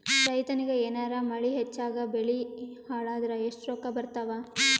ರೈತನಿಗ ಏನಾರ ಮಳಿ ಹೆಚ್ಚಾಗಿಬೆಳಿ ಹಾಳಾದರ ಎಷ್ಟುರೊಕ್ಕಾ ಬರತ್ತಾವ?